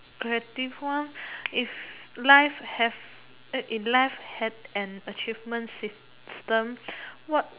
creative one if life have eh if live had an achievement system what